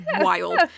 wild